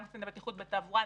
גם בטיחות בתעבורה,